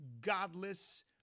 godless